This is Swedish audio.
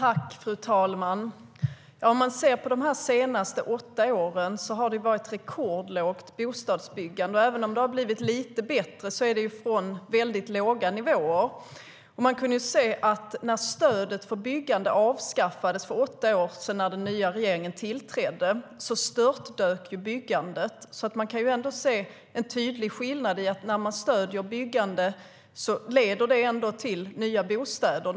Fru talman! Under de senaste åtta åren har det varit ett rekordlågt bostadsbyggande. Även om det har blivit lite bättre har den förbättringen skett från väldigt låga nivåer. När stödet för bostadsbyggande avskaffades för åtta år sedan när den borgerliga regeringen tillträdde störtdök byggandet. Det finns en tydlig skillnad här. När man stöder byggande leder det till nya bostäder.